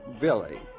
Billy